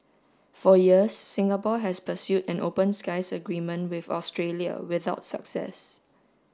for years Singapore has pursued an open skies agreement with Australia without success